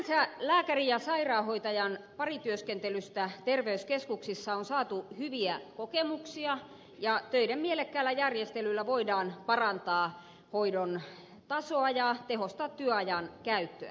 sinänsä lääkärin ja sairaanhoitajan parityöskentelystä terveyskeskuksissa on saatu hyviä kokemuksia ja töiden mielekkäällä järjestelyllä voidaan parantaa hoidon tasoa ja tehostaa työajan käyttöä